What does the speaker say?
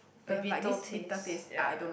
a bitter taste ya